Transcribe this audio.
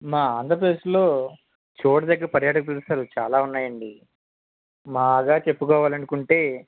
మా ఆంధ్రప్రదేశ్లో చూడదగిన పర్యాటక ప్రదేశాలు చాలా ఉన్నాయండి బాగా చెప్పుకోవాలి అనుకుంటే